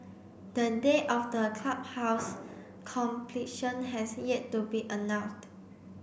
the date of the clubhouse's completion has yet to be announced